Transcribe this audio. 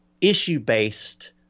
issue-based